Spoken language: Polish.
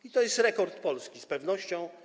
I to jest rekord Polski z pewnością.